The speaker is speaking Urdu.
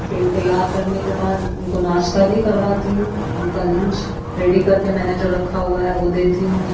پھر تیار کرنے کے بعد ان کو ناشتہ بھی کرواتی ہوں ان کا لنچ ریڈی کر کے میں نے جو رکھا ہوا ہے وہ دیتی ہوں